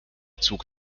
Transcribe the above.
zug